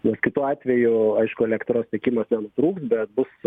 nes kitu atveju aišku elektros tiekimas nenutrūks bet bus